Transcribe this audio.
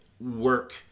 work